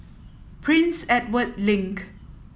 Prince Edward Link